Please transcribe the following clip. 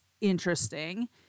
interesting